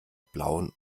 blauen